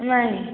ନାଇ